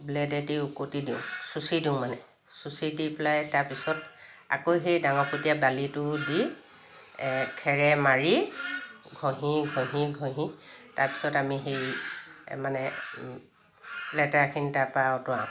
ব্লে'ডেদি ওকটি দিওঁ চুচি দিওঁ মানে চুচি দি পেলাই তাৰপিছত আকৌ সেই ডাঙৰ ফুটিয়া বালিটো দি খেৰে মাৰি ঘঁহি ঘঁহি ঘঁহি তাৰপিছত আমি সেই মানে লেতেৰাখিনি তাৰপৰা অঁতৰাওঁ